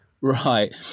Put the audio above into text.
right